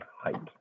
height